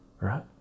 right